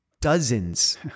dozens